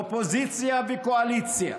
אופוזיציה וקואליציה,